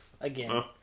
Again